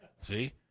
See